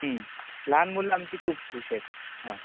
लहान मुलं आमची खूप खुश आहेत